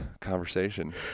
conversation